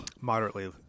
moderately